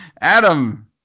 Adam